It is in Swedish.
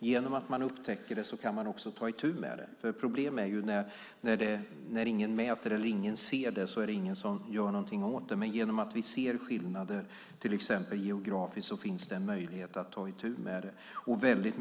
Genom att man upptäcker det kan man också ta itu med det. Problemet är att när ingen mäter eller ingen ser det är det ingen som gör någonting åt det. Men genom att vi ser skillnader till exempel geografiskt finns det en möjlighet att ta itu med det.